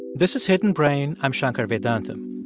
this is hidden brain. i'm shankar vedantam.